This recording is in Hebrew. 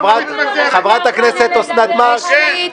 חברת הכנסת אוסנת מארק, בבקשה.